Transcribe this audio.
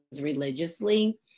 religiously